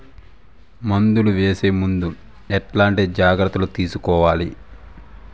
మందులు వేసే ముందు ఎట్లాంటి జాగ్రత్తలు తీసుకోవాలి?